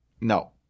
No